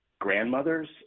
grandmothers